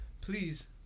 please